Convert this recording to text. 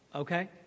Okay